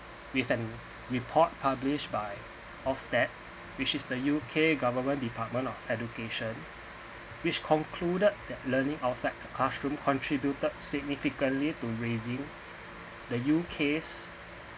with an report published by OFSTED which the U_K government department of education which concluded that learning outside the classroom contributed significantly to raising the U_K's